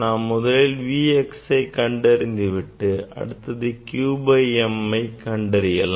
நாம் முதலில் Vx கண்டறிந்து விட்டு அடுத்து q by m ஐ கண்டறியலாம்